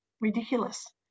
ridiculous